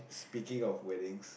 speaking of weddings